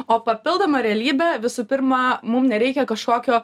o papildoma realybė visų pirma mums nereikia kažkokio